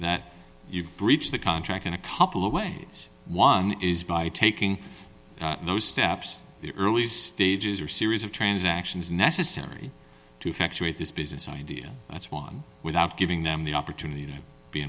that you've breached the contract in a couple of ways one is by taking those steps the early stages are series of transactions necessary to effectuate this business idea that's one without giving them the opportunity to be